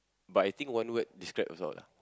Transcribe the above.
but I think one word describe us all lah